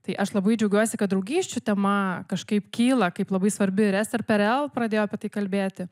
tai aš labai džiaugiuosi kad draugysčių tema kažkaip kyla kaip labai svarbi ir ester perel pradėjo apie tai kalbėti